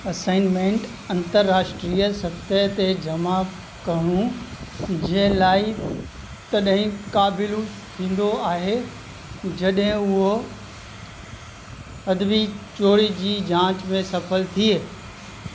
assignment अंतर्राष्ट्रीय सतह ते जमा करण जे लाइ तड॒हिं क़ाबिलु थींदो आहे जड॒हिं उहो अदबी चोरी जी जांच में सफल थिए